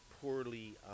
poorly